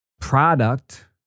product